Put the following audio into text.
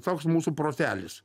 toks mūsų protelis